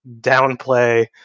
downplay